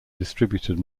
distributed